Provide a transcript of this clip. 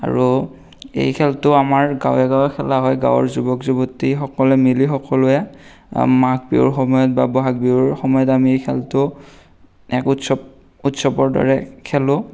আৰু এই খেলটো আমাৰ গাঁৱে গাঁৱে খেলা হয় গাঁৱৰ যুৱক যুৱতীসকলে মিলি সকলোৱে মাঘ বিহুৰ সময়ত বা ব'হাগ বিহুৰ সময়ত আমি এই খেলটো এক উৎসৱৰ দৰে খেলোঁ